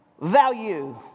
value